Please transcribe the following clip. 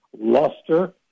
luster